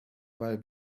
weil